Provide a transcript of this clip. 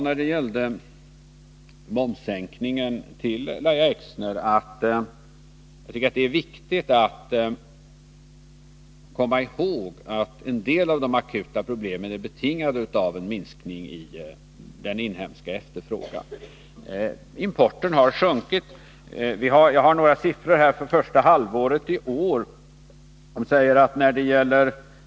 När det gällde momssänkningen sade jag till Lahja Exner att det är viktigt att komma ihåg att en del av de akuta problemen är betingade av en minskning i den inhemska efterfrågan. Importen har sjunkit. Jag har några siffror för första halvåret i år.